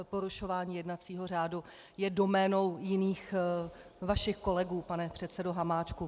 Porušování jednacího řádu je doménou jiných vašich kolegů, pane předsedo Hamáčku.